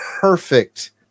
perfect